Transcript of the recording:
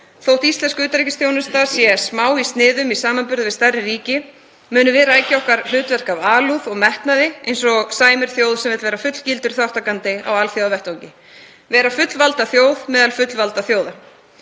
Þótt íslensk utanríkisþjónusta sé smá í sniðum í samanburði við stærri ríki munum við rækja okkar hlutverk af alúð og metnaði eins og sæmir þjóð sem vill vera fullgildur þátttakandi á alþjóðavettvangi — vera fullvalda þjóð meðal fullvalda þjóða.